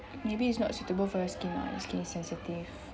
maybe it's not suitable for your skin lah your skin sensitive